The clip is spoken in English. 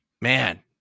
man